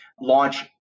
launch